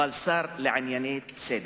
אבל לשר לענייני צדק.